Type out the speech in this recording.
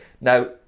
Now